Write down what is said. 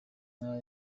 ntara